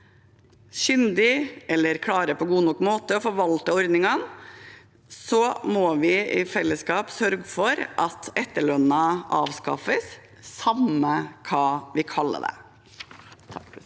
kyndig til, eller klare på god nok måte, å forvalte ordningene, må vi i fellesskap sørge for at etterlønnen avskaffes, samme hva vi kaller den.